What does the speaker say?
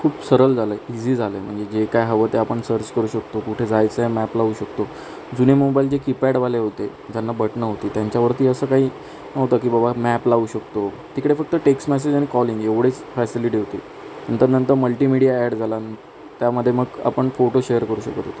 खूप सरळ झालं आहे इझी झालं आहे म्हणजे जे काय हवं ते आपण सर्च करू शकतो कुठे जायचं आहे मॅप लावू शकतो जुने मोबाईल जे कीपॅडवाले होते ज्यांना बटणं होती त्यांच्यावरती असं काही नव्हतं की बाबा मॅप लावू शकतो तिकडे फक्त टेक्स्ट मेसेज आणि कॉलिंग एवढीच फॅसिलिटी होती नंतर नंतर मल्टिमीडिया ॲड झालान त्यामध्ये मग आपण फोटो शेअर करू शकत होतो